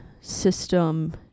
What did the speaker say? system